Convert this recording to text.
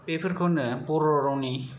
बेफोरखौनो बर' रावनि